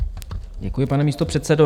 Děkuji, pane místopředsedo.